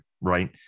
right